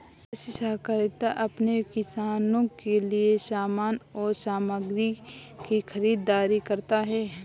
कृषि सहकारिता अपने किसानों के लिए समान और सामग्री की खरीदारी करता है